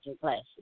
classes